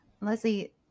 Leslie